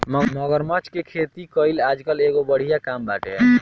मगरमच्छ के खेती कईल आजकल एगो बढ़िया काम बाटे